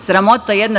Sramota jedna.